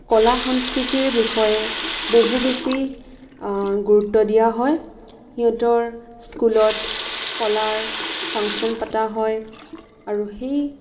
কলা সংস্কৃতিৰ বিষয়ে বহু বেছি গুৰুত্ব দিয়া হয় সিহঁতৰ স্কুলত কলাৰ ফাংচন পতা হয় আৰু সেই